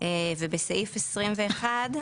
על אף האמור בסעיפים קטנים 19(ה)